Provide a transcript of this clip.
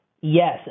Yes